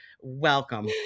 welcome